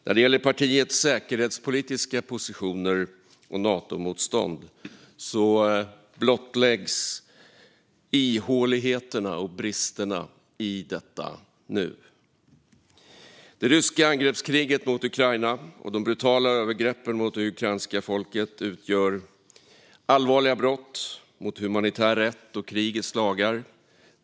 När det gäller partiets säkerhetspolitiska positioner och Natomotstånd blottläggs ihåligheterna och bristerna i detta nu. Det ryska angreppskriget mot Ukraina och de brutala övergreppen mot det ukrainska folket utgör allvarliga brott mot humanitär rätt och krigets lagar.